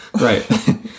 Right